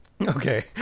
Okay